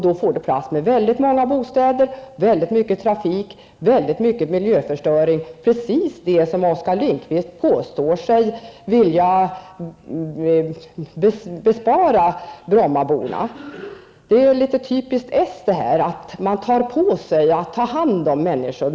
Då får det plats med många bostäder, mycket trafik och mycket miljöförstöring, precis det som Oskar Lindkvist påstår sig vilja bespara Brommaborna. Det är litet typiskt för socialdemokraterna att man tar på sig att ta hand om människor.